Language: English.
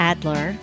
Adler